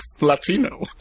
Latino